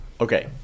Okay